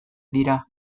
dira